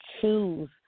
choose